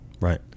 right